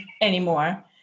anymore